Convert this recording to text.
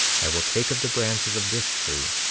i will take of the branches of this tree,